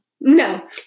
no